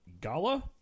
Gala